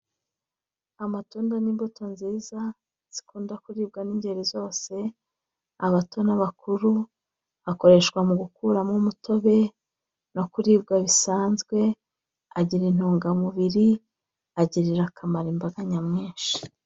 Amatunda ni imbuto nziza zikunda kuribwa n'ingeri zose, abato n'abakuru akoreshwa mu gukuramo umutobe no kuribwa bisanzwe, agira intungamubiri agirira akamaro imbaga nyamwinshi.